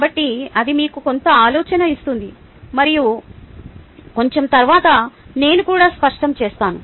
కాబట్టి అది మీకు కొంత ఆలోచన ఇస్తుంది మరియు కొంచెం తరువాత నేను కూడా స్పష్టం చేస్తాను